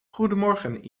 goedemorgen